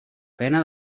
pena